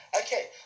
Okay